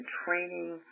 training